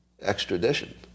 extradition